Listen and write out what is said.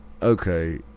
Okay